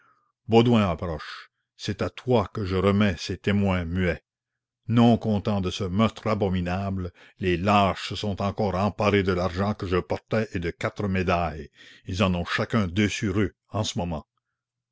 baudouin approche c'est à toi que je remets ces témoins muets non contens de ce meurtre abominable les lâches se sont encore emparés de l'argent que je portais et de quatre médailles ils en ont chacun deux sur eux en ce moment